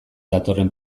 datorren